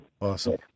Awesome